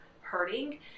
hurting